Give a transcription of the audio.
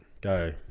go